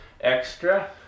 extra